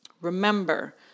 Remember